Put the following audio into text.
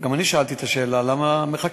גם אני שאלתי את השאלה: למה מחכים?